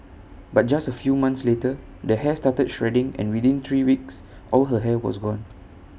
but just A few months later the hair started shedding and within three weeks all her hair was gone